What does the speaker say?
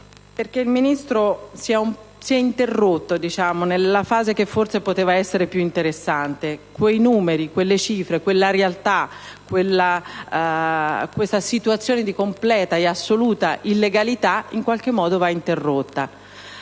certo senso si è interrotto nella fase che forse poteva essere più interessante. Quei numeri, quelle cifre, quella realtà, quella situazione di completa e assoluta illegalità in qualche modo va interrotta.